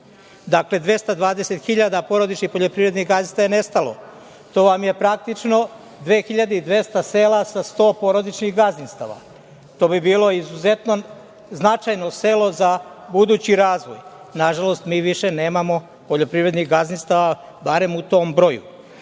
Dakle, 220 hiljada porodičnih poljoprivrednih gazdinstava je nestalo. To vam je praktično 2.200 sela sa 100 porodičnih gazdinstava. To bi bilo izuzetno značajno selo za budući razvoj. Nažalost, mi više nemamo poljoprivrednih gazdinstava, barem u tom broju. Drugo,